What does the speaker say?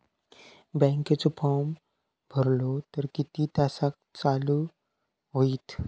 बँकेचो फार्म भरलो तर किती तासाक चालू होईत?